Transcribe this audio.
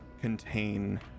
contain